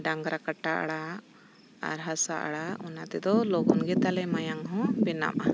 ᱰᱟᱝᱨᱟ ᱠᱟᱴᱟ ᱟᱲᱟᱜ ᱟᱨ ᱦᱟᱥᱟ ᱟᱲᱟᱜ ᱚᱱᱟ ᱛᱮᱫᱚ ᱞᱚᱜᱚᱱ ᱜᱮ ᱛᱟᱞᱮ ᱢᱟᱭᱟᱝ ᱦᱚᱸ ᱵᱮᱱᱟᱜᱼᱟ